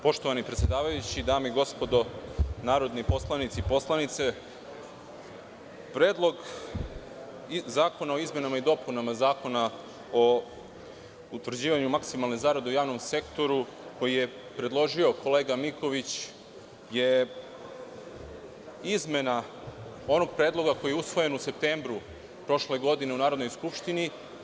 Poštovani predsedavajući, dame i gospodo narodni poslanici, narodne poslanice, Predlog zakona o izmenama i dopunama Zakona o utvrđivanju maksimalne zarade u javnom sektoru, koji je predložio kolega Miković, je izmena onog predloga koji je usvojen u septembru prošle godine u Narodnoj skupštini.